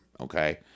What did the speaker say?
okay